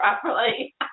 properly